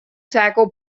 tackle